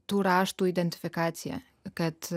tų raštų identifikacija kad